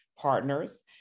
Partners